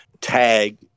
tag